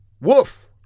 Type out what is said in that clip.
Woof